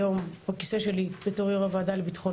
היום בכיסא שלי בתור יו"ר הוועדה לביטחון